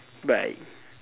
bye